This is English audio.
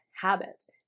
habits